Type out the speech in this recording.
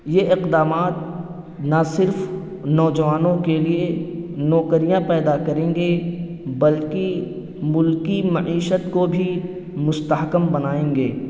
یہ اقدامات نہ صرف نوجوانوں کے لیے نوکریاں پیدا کریں گے بلکہ ملکی معیشت کو بھی مستحکم بنائیں گے